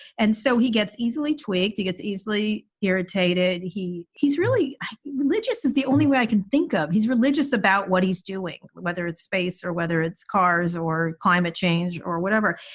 and so he gets easily tweaked. he gets easily irritated. he he's really religious is the only way i can think of. he's religious about what he's doing. whether it's space or whether it's cars or climate change or whatever.